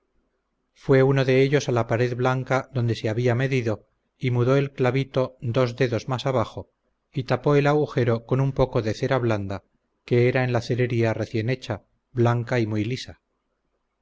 fue uno de ellos a la pared blanca donde se había metido y mudó el clavito dos dedos más abajo y tapó el agujero con un poco de cera blanda que era en la cerería recién hecha blanca y muy lisa